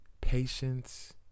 Patience